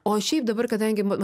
o šiaip dabar kadangi